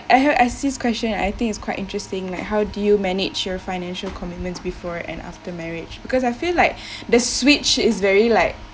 I have I see this question I think it's quite interesting like how do you manage your financial commitments before and after marriage because I feel like the switch is very like